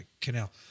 canal